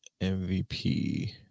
MVP